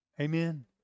Amen